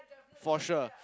for sure